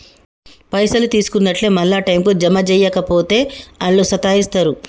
పైసలు తీసుకున్నట్లే మళ్ల టైంకు జమ జేయక పోతే ఆళ్లు సతాయిస్తరు